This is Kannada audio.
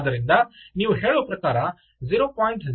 ಆದ್ದರಿಂದ ನೀವು ಹೇಳುವ ಪ್ರಕಾರ 0